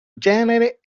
genere